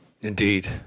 Indeed